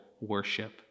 Worship